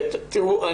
תראו,